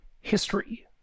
history